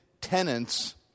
tenants